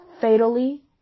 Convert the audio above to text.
fatally